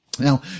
Now